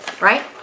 right